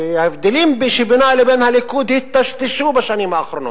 שההבדלים שבינה לבין הליכוד היטשטשו בשנים האחרונות,